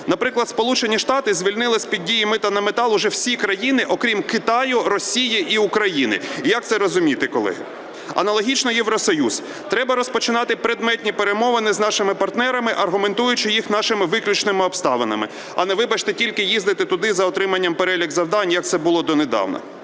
Наприклад, Сполучені Штати звільнили з-під дії мита на метал уже всі країни, окрім Китаю, Росії і України. І як це розуміти, колеги? Аналогічно Євросоюз. Треба розпочинати предметні перемовини з нашими партнерами, аргументуючи їх нашими виключними обставинами, а не, вибачте, тільки їздити туди за отриманням переліку завдань, як це було донедавна.